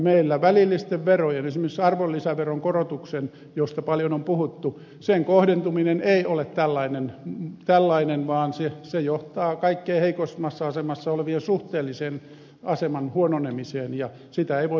meillä välillisten verojen korotuksen esimerkiksi arvonlisäveron korotuksen josta paljon on puhuttu kohdentuminen ei ole tällainen vaan se johtaa kaikkein heikoimmassa asemassa olevien suhteellisen aseman huononemiseen ja sitä ei voi pitää perusteltuna